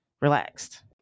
relaxed